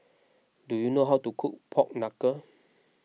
do you know how to cook Pork Knuckle